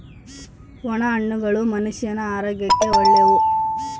ಒಣ ಹಣ್ಣುಗಳು ಮನುಷ್ಯನ ಆರೋಗ್ಯಕ್ಕ ಒಳ್ಳೆವು